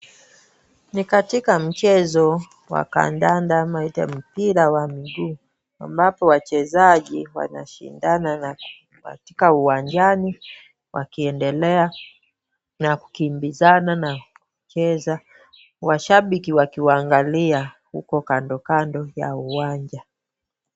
Nikatika mchezo wa kandanda ama ile mpira wa miguu ambapo wachezaji wanashindana na katika uwanjani wakiendelea na kukimbizana na kupoteza. Washabiki wakiwaangalia huko kandokando ya uwanja.